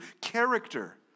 character